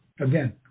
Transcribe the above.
Again